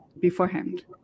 beforehand